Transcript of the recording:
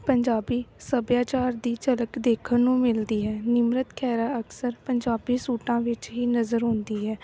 ਪੰਜਾਬੀ ਸੱਭਿਆਚਾਰ ਦੀ ਝਲਕ ਦੇਖਣ ਨੂੰ ਮਿਲਦੀ ਹੈ ਨਿਮਰਤ ਖਹਿਰਾ ਅਕਸਰ ਪੰਜਾਬੀ ਸੂਟਾਂ ਵਿੱਚ ਹੀ ਨਜ਼ਰ ਆਉਂਦੀ ਹੈ